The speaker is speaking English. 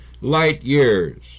light-years